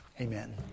Amen